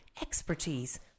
expertise